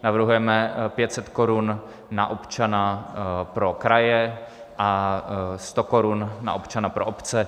Navrhujeme 500 korun na občana pro kraje a 100 korun na občana pro obce.